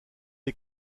est